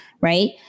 right